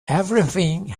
everything